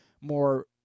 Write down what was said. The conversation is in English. more